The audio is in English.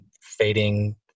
fading